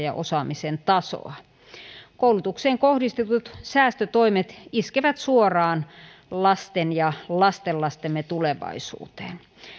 ja osaamisen tasoa koulutukseen kohdistetut säästötoimet iskevät suoraan lasten ja lastenlastemme tulevaisuuteen